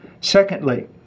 secondly